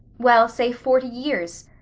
well, say forty years.